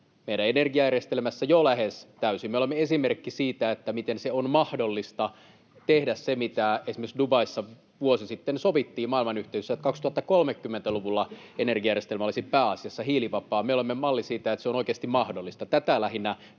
meidän energiajärjestelmässä jo lähes täysin. Me olemme esimerkki siitä, miten on mahdollista tehdä se, mitä esimerkiksi Dubaissa vuosi sitten sovittiin maailmanyhteisössä, että 2030-luvulla energiajärjestelmä olisi pääasiassa hiilivapaa. Me olemme malli siitä, että se on oikeasti mahdollista. Tätä lähinnä